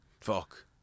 fuck